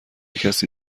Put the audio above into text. کسی